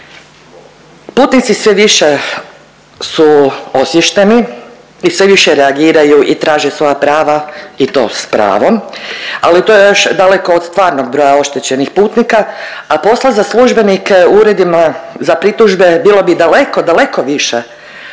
Putnici sve više su osviješteni i sve više reagiraju i traže svoja prava i to s pravom, ali to je još daleko od stvarnog broja oštećenih putnika, a posla za službenike u uredima za pritužbe bilo bi daleko daleko više,